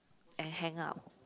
and hang out